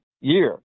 year